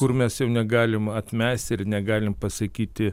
kur mes negalim atmesti ir negalim pasakyti